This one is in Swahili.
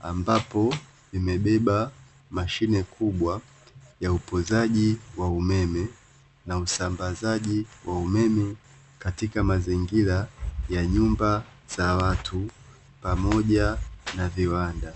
ambapo vimebeba mashine kubwa ya upozaji wa umeme na usambazaji wa umeme katika mazingira ya nyumba za watu pamoja na viwanda.